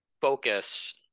focus